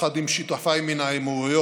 יחד עם שותפיי מן האמירויות,